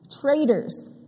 traitors